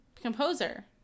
composer